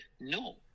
No